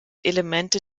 elemente